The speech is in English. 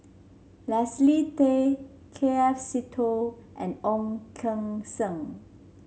Leslie Tay K F Seetoh and Ong Keng Sen